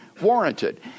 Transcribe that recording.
warranted